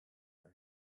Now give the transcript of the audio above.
ein